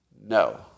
No